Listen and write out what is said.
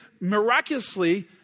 miraculously